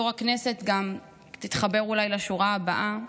יו"ר הכנסת, תתחבר אולי גם לשורה הבאה,